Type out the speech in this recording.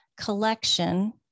collection